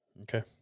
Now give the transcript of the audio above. Okay